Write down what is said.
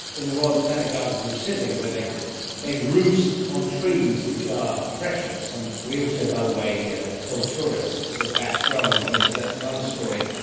in the royal botanic gardens in sydney where they they roost on trees which are precious, and we also, by the way, yeah tell tourists at that bats grow on trees, but that's another story.